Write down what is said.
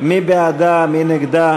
מי בעד ההסתייגות?